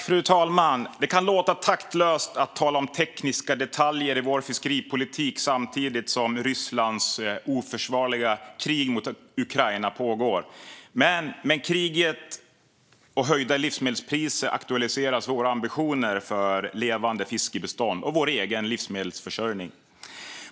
Fru talman! Det kan låta taktlöst att tala om tekniska detaljer i vår fiskeripolitik samtidigt som Rysslands oförsvarliga krig mot Ukraina pågår. Men med kriget och höjda livsmedelspriser aktualiseras våra ambitioner för levande fiskbestånd och vår egen livsmedelsförsörjning.